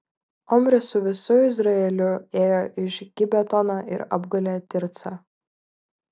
omris su visu izraeliu ėjo iš gibetono ir apgulė tircą